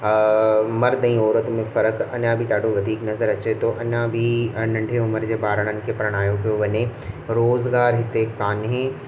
मर्द ऐं औरत में फ़र्क़ु अञा बि ॾाढो वधीक नज़र अचे थो अञा बि नंढे उमिरि जे ॿारनि खे परिणायो पियो वञे रोज़गार हिते कोन्हे